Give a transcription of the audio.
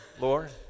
Lord